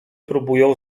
próbują